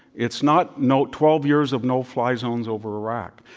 it's not not twelve years of no-fly zones over iraq.